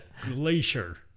glacier